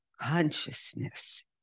consciousness